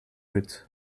goed